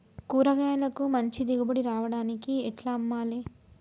కూరగాయలకు మంచి దిగుబడి రావడానికి ఎట్ల అమ్మాలే?